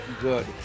good